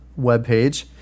webpage